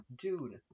dude